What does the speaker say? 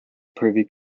privy